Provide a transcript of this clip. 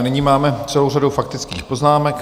Nyní máme celou řadu faktických poznámek.